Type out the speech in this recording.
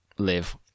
Live